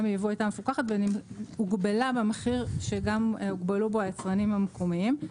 מייבוא הייתה מפוקחת והיא הוגבלה במחיר שהוגבלו בו היצרנים המקומיים.